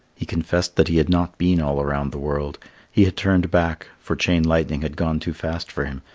he confessed that he had not been all around the world he had turned back, for chain-lightning had gone too fast for him,